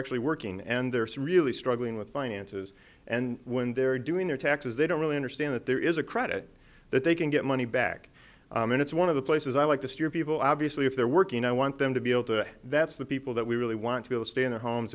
actually working and there's really struggling with finances and when they're doing their taxes they don't really understand that there is a credit that they can get money back and it's one of the places i like to steer people obviously if they're working i want them to be able to that's the people that we really want to stay in their homes